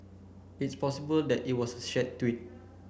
it's possible that it was shared tweet